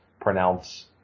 pronounce